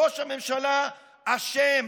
ראש הממשלה אשם